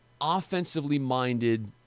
offensively-minded